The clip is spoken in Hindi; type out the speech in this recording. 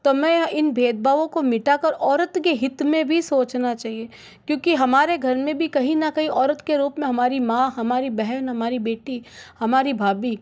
तो मैं इन भेदभाव को मिटा कर औरत के हित में भी सोचना चाहिए क्योंकि हमारे घर में भी कहीं ना कहीं औरत के रूप में हमारी माँ हमारी बहन हमारी बेटी हमारी भाभी